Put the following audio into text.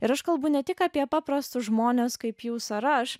ir aš kalbu ne tik apie paprastus žmones kaip jūs ar aš